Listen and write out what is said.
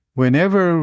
whenever